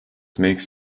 makes